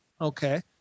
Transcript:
okay